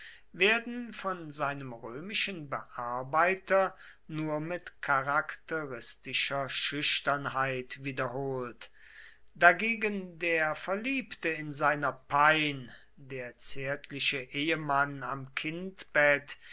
werden von seinem römischen bearbeiter nur mit charakteristischer schüchternheit wiederholt dagegen der verliebte in seiner pein der zärtliche ehemann am